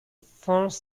fourth